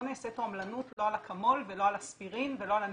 לא נעשית תועמלנות לא על אקמול ולא על אספירין ולא על אנטיביוטיקה,